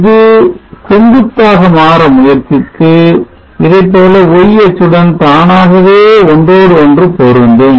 அது செங்குத்தாக மாற முயற்சித்து இதைப்போல y அச்சுடன் தானாகவே ஒன்றோடு ஒன்று பொருந்தும்